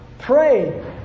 Pray